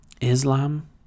Islam